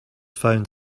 found